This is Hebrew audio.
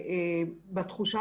בתחושה